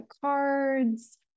cards